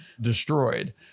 destroyed